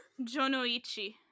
Jonoichi